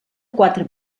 quatre